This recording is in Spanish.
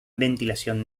ventilación